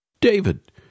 David